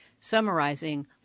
summarizing